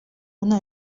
una